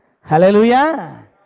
Hallelujah